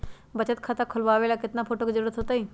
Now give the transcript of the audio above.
बचत खाता खोलबाबे ला केतना फोटो के जरूरत होतई?